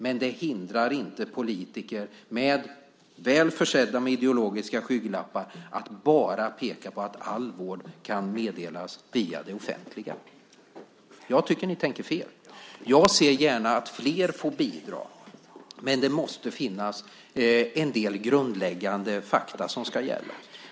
Men det hindrar inte politiker väl försedda med ideologiska skygglappar att peka på att all vård enbart kan meddelas via det offentliga. Jag tycker att ni tänker fel. Jag ser gärna att fler får bidra, men det måste finnas en del grundläggande fakta som ska gälla.